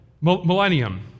millennium